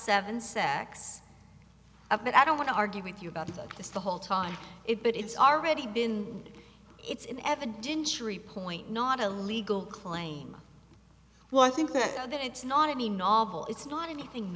seven sex but i don't want to argue with you about this the whole time it but it's already been it's in evidence re point not a legal claim well i think that it's not any novel it's not anything